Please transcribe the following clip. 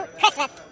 Christmas